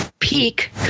Peak